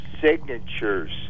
signatures